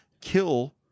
kill